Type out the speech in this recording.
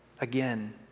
Again